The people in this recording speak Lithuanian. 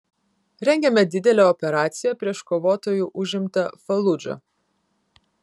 rengiame didelę operaciją prieš kovotojų užimtą faludžą